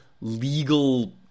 legal